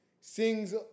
sings